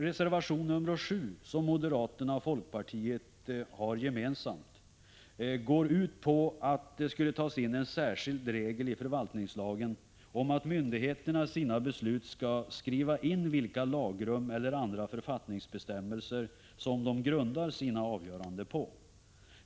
Reservation nr 7, som moderaterna och folkpartiet har avgivit gemensamt, går ut på att det skall tas in en särskild regel i förvaltningslagen om att myndigheterna i sina beslut skall skriva in vilka lagrum eller andra författningsbestämmelser som de grundar sina avgöranden på.